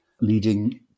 leading